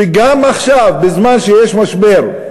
וגם עכשיו, בזמן שיש משבר,